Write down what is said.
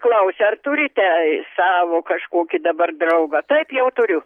klausia ar turite savo kažkokį dabar draugą taip jau turiu